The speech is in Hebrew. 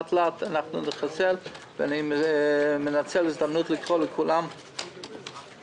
אני מנצל את ההזדמנות לקרוא לכולם להתחסן.